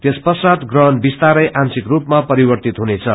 त्यस पश्चात ग्रहण विसतारै आंशिक रूपमा परिववित हुनेछ